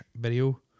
video